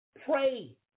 Pray